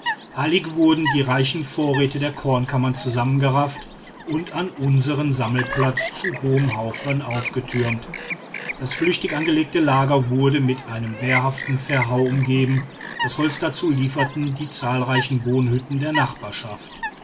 eilig wurden die reichen vorräte der kornkammern zusammengerafft und an unserm sammelplatz zu hohen haufen aufgetürmt das flüchtig angelegte lager wurde mit einem wehrhaften verhau umgeben das holz dazu lieferten die zahlreichen wohnhütten der nachbarschaft